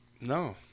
No